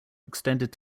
extended